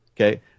Okay